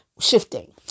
shifting